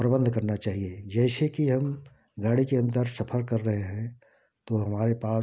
प्रबंध करना चाहिये जैसे कि हम गाड़ी के अंदर सफर कर रहे हैं तो हमारे पास